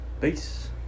Peace